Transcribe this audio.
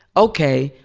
ok,